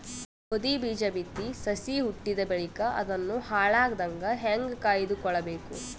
ಗೋಧಿ ಬೀಜ ಬಿತ್ತಿ ಸಸಿ ಹುಟ್ಟಿದ ಬಳಿಕ ಅದನ್ನು ಹಾಳಾಗದಂಗ ಹೇಂಗ ಕಾಯ್ದುಕೊಳಬೇಕು?